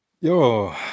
Yo